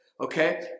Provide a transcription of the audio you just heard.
okay